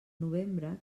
novembre